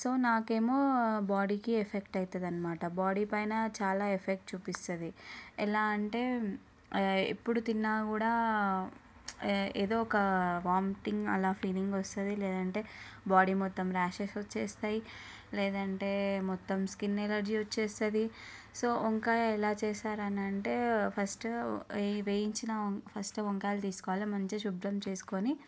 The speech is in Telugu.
సో నాకేమో బాడీకి ఎఫెక్ట్ అవుతుందన్నమాట బాడీ పైన చాలా ఎఫెక్ట్ చూపిస్తుంది ఎలా అంటే ఎప్పుడు తిన్నా కూడా ఏదో ఒక వామిటింగ్ అలా ఫీలింగ్ వస్తుంది లేదంటే బాడీ మొత్తం ర్యాషెస్ వచ్చేస్తాయి లేదంటే మొత్తం స్కిన్ ఎలర్జీ వచ్చేస్తుంది సో వంకాయ ఎలా చేస్తారు అని అంటే ఫస్ట్ వేయించిన ఫస్ట్ వంకాయలు తీసుకోవాలి మంచిగా శుభ్రం చేసుకొని